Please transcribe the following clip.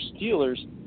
Steelers